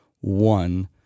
one